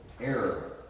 error